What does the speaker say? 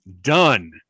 done